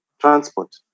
transport